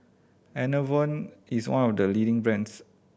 Enervon is one of the leading brands